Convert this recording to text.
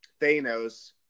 Thanos